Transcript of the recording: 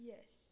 Yes